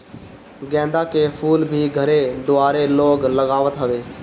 गेंदा के फूल भी घरे दुआरे लोग लगावत हवे